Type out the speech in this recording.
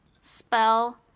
spell